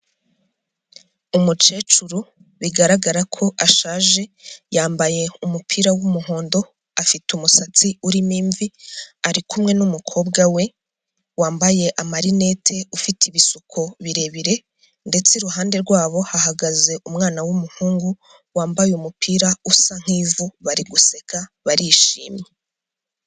Umukecuru bigaragara ko ashaje, yambaye umupira w'umuhondo, afite umusatsi urimo imvi, ari kumwe n'umukobwa we wambaye amarinete, ufite ibisuko birebire ndetse iruhande rwabo hahagaze umwana w'umuhungu, wambaye umupira usa nk'ivu, bari guseka barishimye.